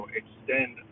extend